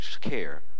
care